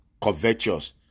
covetous